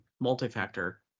multi-factor